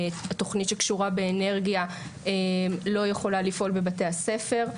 התוכנית שקשורה באנרגיה לא יכולה לפעול בבתי הספר.